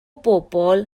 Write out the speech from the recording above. bobl